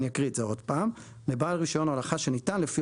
ואני אקריא את זה עוד פעם: לבעל רישיון הולכה שניתן לפי